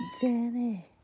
Danny